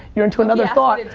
you're onto another thought,